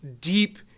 deep